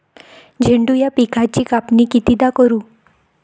झेंडू या पिकाची कापनी कितीदा करू?